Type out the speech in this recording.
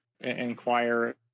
inquire